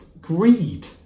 greed